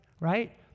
right